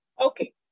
Okay